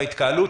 ההתקהלות,